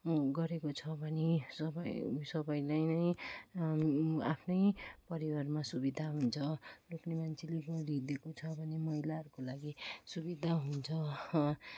गरेको छ भने सबै सबैलाई नै आफ्नै परिवारमा सुविधा हुन्छ लोग्नेमान्छेले गरिदिएको छ महिलाहरूको लागि सुविधा हुन्छ